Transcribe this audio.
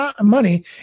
money